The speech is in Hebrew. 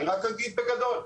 אני רק אגיד בגדול,